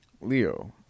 Leo